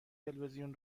تلویزیون